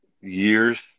years